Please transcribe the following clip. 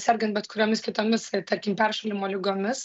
sergant bet kuriomis kitomis tarkim peršalimo ligomis